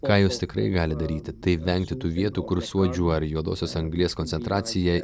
ką jūs tikrai galit daryti tai vengti tų vietų kur suodžių ar juodosios anglies koncentracija